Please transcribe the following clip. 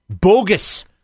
Bogus